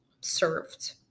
served